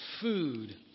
food